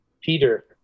Peter